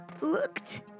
looked